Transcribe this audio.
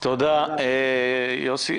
תודה, יוסי.